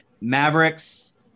Mavericks